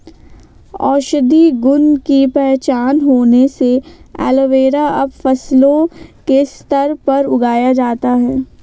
औषधीय गुण की पहचान होने से एलोवेरा अब फसलों के स्तर पर उगाया जाता है